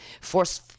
force